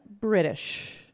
British